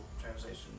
translation